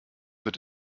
wird